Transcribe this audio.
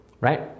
right